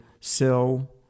sell